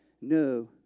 no